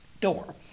door